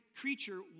creature